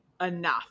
enough